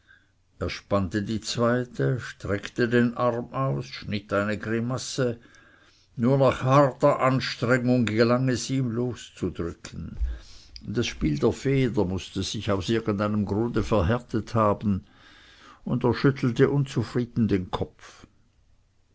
er spannte die zweite streckte den arm aus schnitt eine grimasse nur nach harter anstrengung gelang es ihm loszudrücken das spiel der feder mußte sich aus irgendeinem grunde verhärtet haben und er schüttelte unzufrieden den kopf